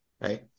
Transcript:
Right